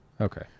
Okay